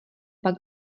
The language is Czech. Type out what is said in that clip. pak